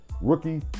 Rookie